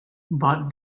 but